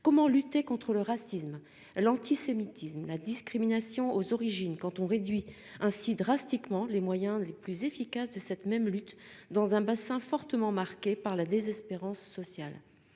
Comment lutter contre le racisme, l'antisémitisme, la discrimination aux origines quand on réduit ainsi drastiquement les moyens les plus efficaces de cette même lutte dans un bassin, fortement marquée par la désespérance sociale.